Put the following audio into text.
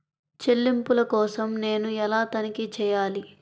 చెల్లింపుల కోసం నేను ఎలా తనిఖీ చేయాలి?